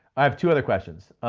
i have two other questions.